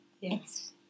Yes